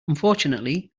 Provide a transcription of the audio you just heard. unfortunately